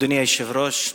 אדוני היושב-ראש,